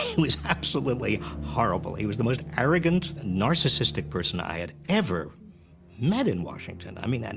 he was absolutely horrible. he was the most arrogant, narcissistic person i had ever met in washington, i mean, and